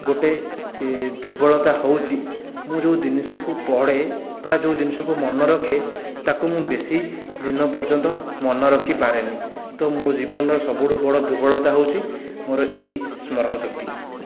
ଗୋଟିଏ ଦୁର୍ବଳତା ହେଉଛି ମୁଁ ଯେଉଁ ଜିନିଷକୁ ପଢ଼େ ବା ଯେଉଁ ଜିନିଷକୁ ମନେ ରଖେ ତାକୁ ମୁଁ ବେଶି ଦିନ ପର୍ଯ୍ୟନ୍ତ ମନେ ରଖି ପାରେନି ତ ମୋ ଜୀବନର ସବୁଠୁ ବଡ଼ ଦୁର୍ବଳତା ହେଉଛି ମୋର ଏହି ସ୍ମରଣ ଶକ୍ତି